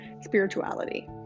spirituality